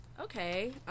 Okay